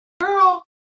girl